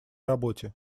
работе